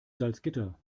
salzgitter